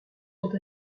sont